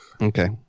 Okay